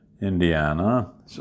Indiana